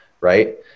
right